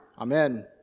Amen